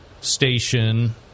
station